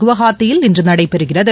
குவஹாத்தியில் இன்று நடைபெறுகிறது